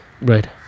right